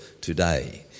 today